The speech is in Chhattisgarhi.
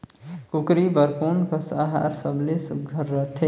कूकरी बर कोन कस आहार सबले सुघ्घर रथे?